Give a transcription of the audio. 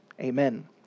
Amen